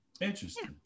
Interesting